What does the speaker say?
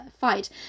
fight